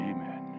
Amen